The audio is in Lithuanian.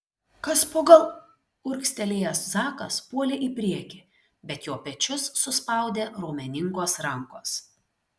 kas po gal urgztelėjęs zakas puolė į priekį bet jo pečius suspaudė raumeningos rankos